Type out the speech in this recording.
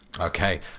Okay